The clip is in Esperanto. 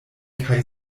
kaj